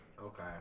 Okay